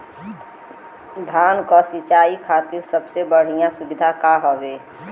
धान क सिंचाई खातिर सबसे बढ़ियां सुविधा का हवे?